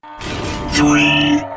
three